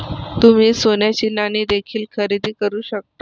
तुम्ही सोन्याची नाणी देखील खरेदी करू शकता